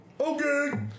Okay